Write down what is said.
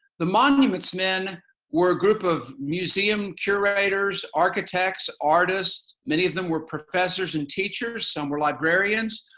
the monuments men were a group of museum curators, architects, artists, many of them were professors and teachers, some were librarians,